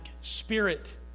spirit